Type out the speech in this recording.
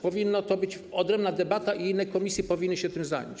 Powinna to być odrębna debata i inne komisje powinny się tym zająć.